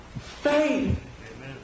faith